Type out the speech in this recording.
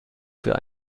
für